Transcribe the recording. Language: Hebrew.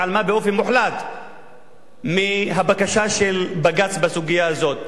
התעלמו באופן מוחלט מהבקשה של בג"ץ בסוגיה הזאת.